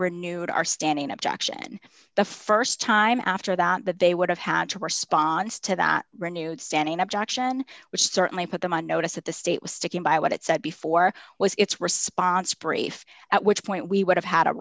nude are standing objection the st time after that that they would have had to response to that renewed standing objection which certainly put them on notice that the state was sticking by what it said before was its response brief at which point we would have had a